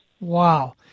Wow